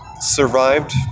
survived